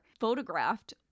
photographed